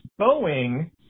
Boeing